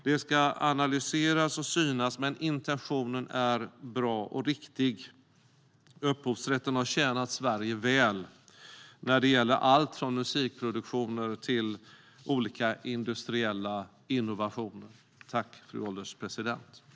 Den ska analyseras och synas, men intentionen är bra och riktig.